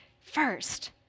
First